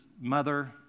mother